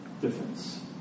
difference